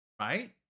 right